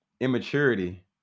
immaturity